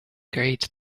great